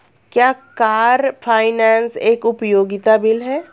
क्या car finance एक उपयोगिता बिल है?